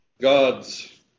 God's